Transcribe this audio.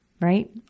right